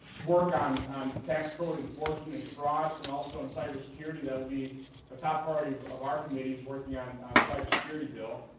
work on on tax code enforcement and fraud fraud and also on cybersecurity. that'll be a top priority of of our committee is working on on cybersecurity bill.